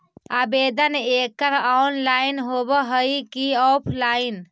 आवेदन एकड़ ऑनलाइन होव हइ की ऑफलाइन?